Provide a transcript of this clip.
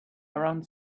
around